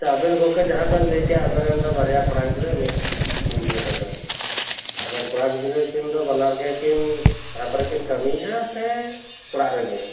ᱟᱪᱪᱷᱟ ᱟᱵᱮᱱ ᱜᱚᱝᱠᱮ ᱡᱟᱦᱟᱸ ᱵᱮᱱ ᱞᱟᱹᱭᱠᱮᱜᱼᱟ ᱟᱵᱮᱱ ᱨᱮᱱ ᱫᱚ ᱵᱟᱨᱭᱟ ᱠᱚᱲᱟ ᱜᱤᱫᱽᱨᱟᱹ ᱢᱤᱫ ᱠᱩᱲᱤ ᱜᱤᱫᱽᱨᱟᱹ ᱛᱟᱵᱮᱱ ᱟᱫᱚ ᱠᱚᱲᱟ ᱜᱤᱫᱽᱨᱟᱹ ᱠᱤᱱ ᱫᱚ ᱵᱟᱱᱟᱨ ᱜᱮᱠᱤᱱ ᱡᱟᱦᱟᱸ ᱠᱚᱨᱮ ᱠᱤᱱ ᱠᱟᱹᱢᱤᱭᱮᱫᱟ ᱥᱮ ᱚᱲᱟᱜ ᱨᱮᱜᱮ